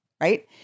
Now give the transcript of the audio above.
right